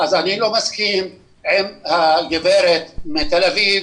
אני לא מסכים עם הגברת מתל אביב